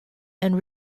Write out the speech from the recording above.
and